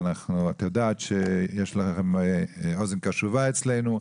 ואת יודעת שיש לך אוזן קשובה אצלנו.